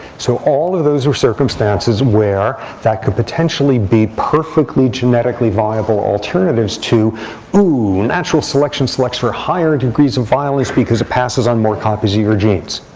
so all of those are circumstances where that could potentially be perfectly genetically viable alternatives to natural selection selects for higher degrees of violence because it passes on more copies of your genes.